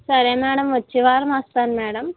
సరే మేడం వాచ్చే వారం వస్తాను మేడం